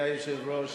אדוני היושב-ראש,